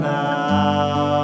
now